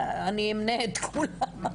אני אמנה את כולם.